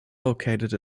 located